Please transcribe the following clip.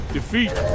Defeat